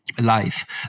life